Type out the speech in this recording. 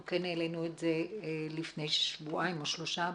אנחנו כן העלינו את זה לפני שבועיים או שלושה,